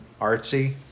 artsy